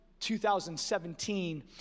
2017